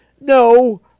No